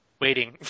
waiting